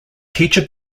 teacher